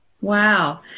Wow